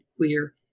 queer